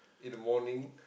in the morning